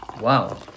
Wow